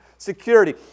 security